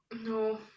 no